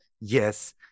Yes